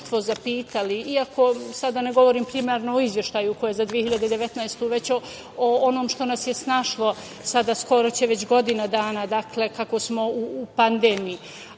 iako sada ne govorim primarno o izveštaju koji je za 2019. godinu, već o onom što nas je snašlo sada skoro će već godina dana kako smo u pandemiji,